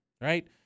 right